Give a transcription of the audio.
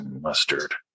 mustard